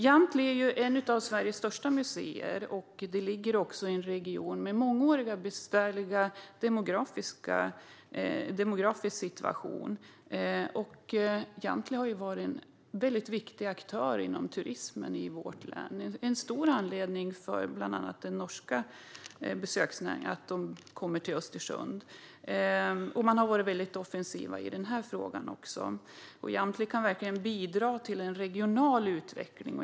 Jamtli är ett av Sveriges största museer. Det ligger i en region med en mångårig, besvärlig demografisk situation. Jamtli har varit en väldigt viktig aktör inom turismen i vårt län - en stor anledning för att bland annat norska turister kommer till Östersund. Man har varit väldigt offensiva också i den här frågan. Jamtli kan verkligen bidra till en regional utveckling.